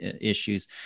issues